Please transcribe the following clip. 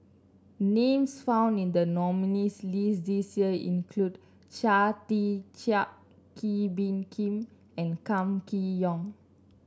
names found in the nominees' list this year include Chia Tee Chiak Kee Bee Khim and Kam Kee Yong